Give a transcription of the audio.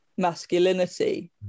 masculinity